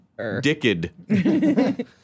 dicked